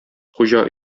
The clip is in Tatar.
хуҗа